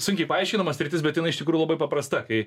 sunkiai paaiškinama sritis bet jinai iš tikrųjų labai paprasta kai